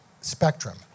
spectrum